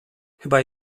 chyba